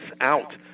out